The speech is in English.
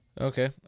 Okay